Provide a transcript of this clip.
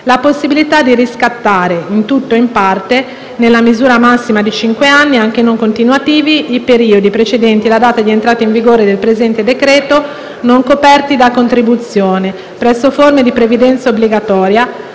la possibilità di riscattare, in tutto o in parte, nella misura massima di cinque anni, anche non continuativi, i periodi precedenti la data di entrata in vigore del presente decreto non coperti da contribuzione presso forme di previdenza obbligatoria,